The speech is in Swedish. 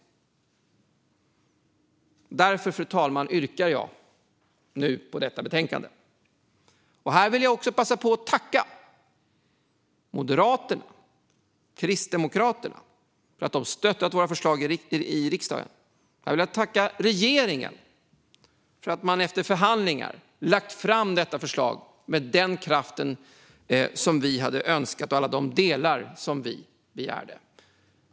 Därför, fru talman, yrkar jag nu bifall till förslaget i detta betänkande. Jag vill också passa på att tacka Moderaterna och Kristdemokraterna för att de stöttat våra förslag i riksdagen. Jag vill tacka regeringen för att man efter förhandlingar har lagt fram detta förslag med den kraft som vi önskade och alla de delar som vi begärde.